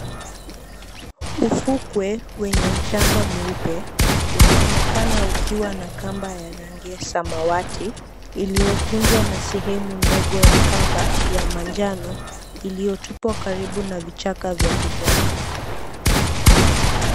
Ufukwe wenye mchanga mweupe unaonekana ukiwa na kamba ya rangi ya samawati iliyokunjwa na sehemu ndogo ya kamba ya manjano iliyotupwa karibu na vichaka vya kijani.